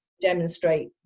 demonstrate